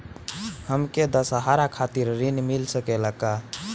हमके दशहारा खातिर ऋण मिल सकेला का?